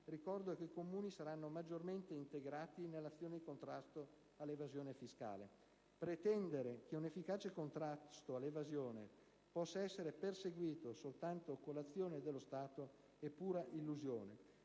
ricordo che i Comuni saranno maggiormente integrati nell'azione di contrasto all'evasione fiscale. Pretendere che un efficace contrasto all'evasione fiscale possa essere perseguito soltanto con l'azione dello Stato è pura illusione.